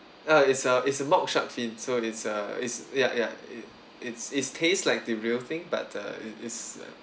ya it's uh it's a mock shark fin so it's uh it's yeah yeah it it's it's taste like the real thing but uh it is